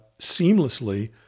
seamlessly